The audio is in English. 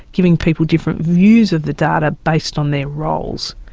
giving people different views of the data based on their roles.